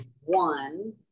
one